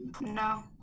No